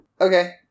Okay